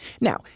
Now